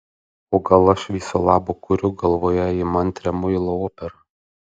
o gal aš viso labo kuriu galvoje įmantrią muilo operą